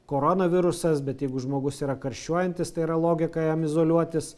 koronavirusas bet jeigu žmogus yra karščiuojantis tai yra logika jam izoliuotis